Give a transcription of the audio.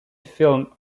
film